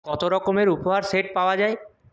কত রকমের উপহার সেট পাওয়া যায়